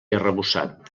arrebossat